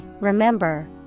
remember